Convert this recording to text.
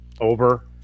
Over